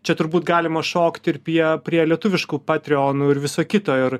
čia turbūt galima šokt ir prie prie lietuviškų patrionų ir viso kito ir